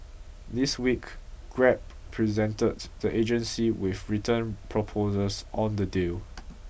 this week Grab presented the agency with written proposals on the deal